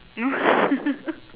no